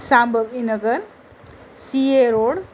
Sambhavi Nagar C A road